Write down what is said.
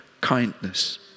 kindness